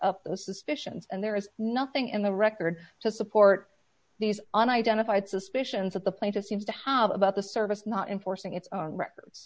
up those suspicions and there is nothing in the record to support these unidentified suspicions that the plaintiff seems to have about the service not enforcing its records